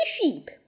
Sheep